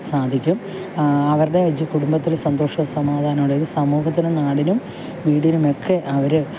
സാധിക്കും അവരുടെ ജ് കുടുംബത്തിൽ സന്തോഷം സമാധാനം ഉണ്ടാവും അതായത് സമൂഹത്തിനും നാടിനും വീടിനും ഒക്കെ അവർ